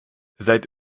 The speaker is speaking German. seit